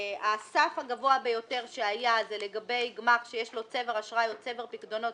הסף הגבוה ביותר שהיה הוא לגבי גמ"ח שיש לו צבר אשראי או צבר פיקדונות